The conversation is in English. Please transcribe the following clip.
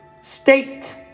State